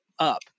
Up